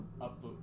up